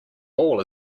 ball